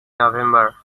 november